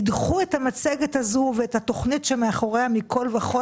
ידחו את המצגת הזו ואת התוכנית שמאחוריה מכול וכול